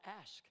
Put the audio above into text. ask